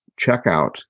checkout